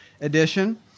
edition